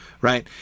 right